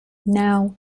now